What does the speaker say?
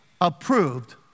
approved